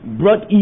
brought